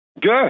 Good